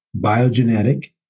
biogenetic